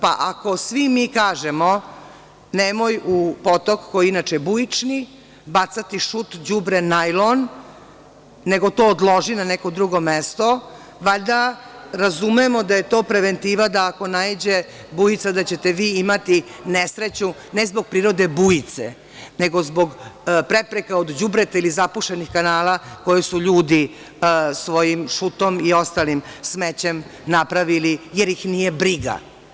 Pa, ako svi mi kažemo nemoj u potok koji je inače bujični bacati šut, đubre, najlon, nego to odloži na neko drugo mesto, valjda razumemo da je to preventiva da ako naiđe bujica da ćete vi imati nesreću ne zbog prirode bujice, nego zbog prepreka od đubreta ili zapušenih kanala koji su ljudi svojim šutom i ostalim smećem napravili jer ih nije briga.